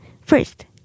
First